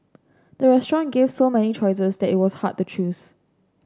the restaurant gave so many choices that it was hard to choose